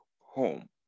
home